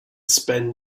spend